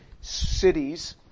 cities